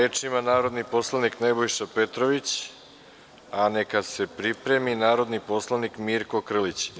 Reč ima narodni poslanik Nebojša Petrović, a neka se pripremi narodni poslanik Mirko Krlić.